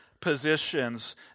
positions